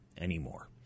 anymore